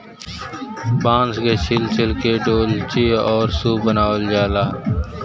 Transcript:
बांस के छील छील के डोल्ची आउर सूप बनावल जाला